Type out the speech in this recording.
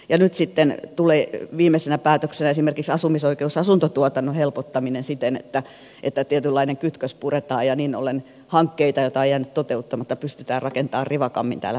nyt sitten tulee viimeisenä päätöksenä esimerkiksi asumisoikeusasuntotuotannon helpottaminen siten että tietynlainen kytkös puretaan ja niin ollen hankkeita joita on jäänyt toteuttamatta pystytään rakentamaan rivakammin täällä pääkaupunkiseudulla